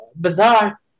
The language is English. bizarre